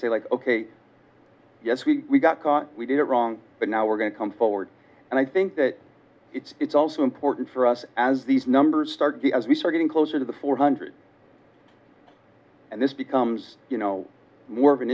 they like ok yes we got caught we did it wrong but now we're going to come forward and i think that it's also important for us as these numbers start as we start getting closer to the four hundred and this becomes more of an